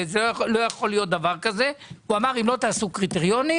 הוא אמר שאם לא תעשו קריטריונים